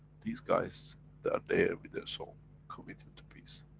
these guys they are there with their soul committed to peace,